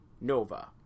Nova